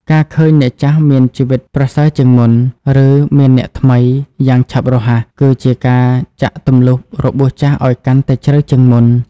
ការឃើញអ្នកចាស់មានជីវិតប្រសើរជាងមុន ឬមានអ្នកថ្មីយ៉ាងឆាប់រហ័ស គឺជាការចាក់ទម្លុះរបួសចាស់ឱ្យកាន់តែជ្រៅជាងមុន។